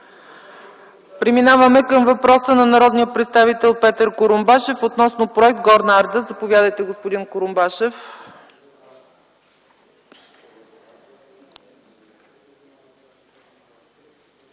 Преминаваме към въпроса на народния представител Петър Курумбашев относно проект „Горна Арда”. Заповядайте, господин Курумбашев.